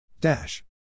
Dash